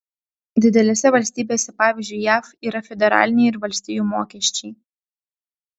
didelėse valstybėse pavyzdžiui jav yra federaliniai ir valstijų mokesčiai